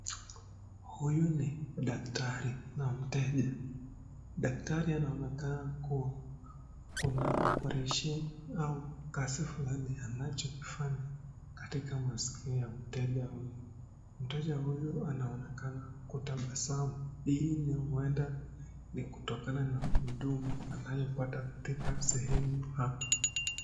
Huyu ni daktari na mteja. Daktari anaonekana kuwa kuna oparesheni au kazi funani anacho Fanya katika maskio ya mteja huyu. Mteja huyu anaonekana kutabasamu hii ni uenda ni kutokana na hudumu anayopata katika sehemu hapa.